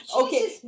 Okay